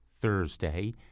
Thursday